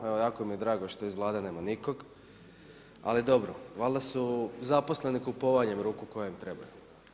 Evo jako mi je drago što iz Vlade nema nikoga, ali dobro valjda su zaposleni kupovanjem ruku koje im trebaju.